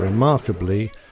Remarkably